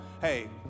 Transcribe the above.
Hey